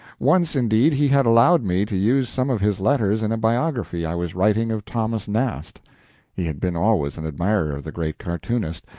once, indeed, he had allowed me to use some of his letters in a biography i was writing of thomas nast he had been always an admirer of the great cartoonist,